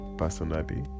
personally